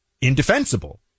indefensible